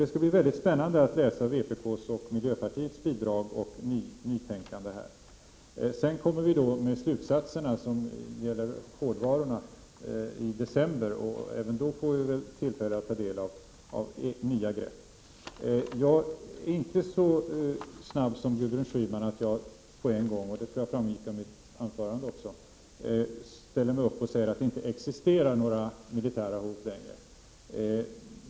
Det skall som sagt bli spännande att läsa vpk:s och miljöpartiets bidrag och nytänkande härvidlag. I december kommer sedan slutsatserna som gäller hårdvarorna, och även då får vi väl tillfälle att ta del av nya grepp. Jag är inte så snabb som Gudrun Schyman att jag — och det tror jag framgick av mitt anförande — ställer mig upp och säger att det inte längre existerar några militära hot.